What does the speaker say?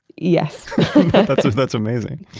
yes that's amazing.